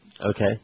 Okay